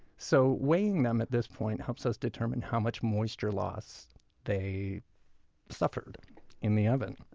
so weighing them at this point helps us determine how much moisture loss they suffered in the oven.